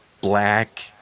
black